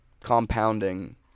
compounding